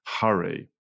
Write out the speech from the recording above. Hurry